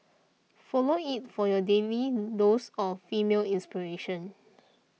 follow it for your daily dose of female inspiration